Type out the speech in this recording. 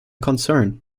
concern